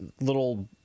little